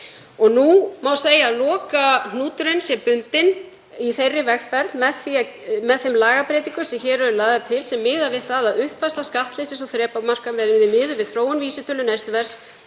Nú má segja að lokahnúturinn sé bundinn í þeirri vegferð með þeim lagabreytingum sem hér eru lagðar til sem miða við það að uppfærsla skattleysis- og þrepamarka verði miðuð við þróun vísitölu neysluverðs